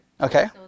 Okay